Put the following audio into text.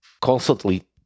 constantly